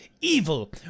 Evil